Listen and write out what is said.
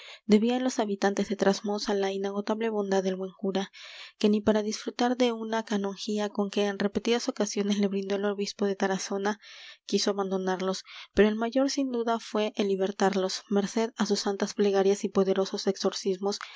debían los habitantes de trasmoz á la inagotable bondad del buen cura que ni para disfrutar de una canongía con que en repetidas ocasiones le brindó el obispo de tarazona quiso abandonarlos pero el mayor sin duda fué el libertarlos merced á sus santas plegarias y poderosos exorcismos